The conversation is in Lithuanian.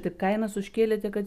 taip kainas užkėlėte kad